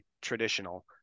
traditional